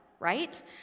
Right